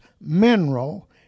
mineral